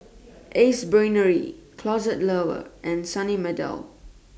Ace Brainery Closet Lover and Sunny Meadow